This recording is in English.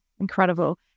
Incredible